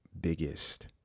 biggest